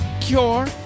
cure